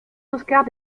oscar